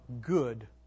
good